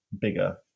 bigger